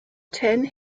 ten